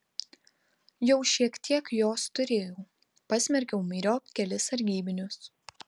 jau šiek tiek jos turėjau pasmerkiau myriop kelis sargybinius